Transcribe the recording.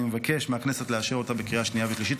אני מבקש מהכנסת לאשר אותה בקריאה השנייה והשלישית.